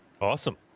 Awesome